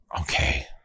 Okay